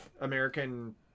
American